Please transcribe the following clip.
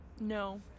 No